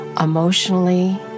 emotionally